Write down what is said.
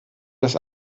das